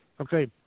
Okay